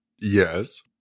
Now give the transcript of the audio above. yes